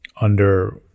under-